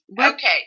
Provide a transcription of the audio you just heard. Okay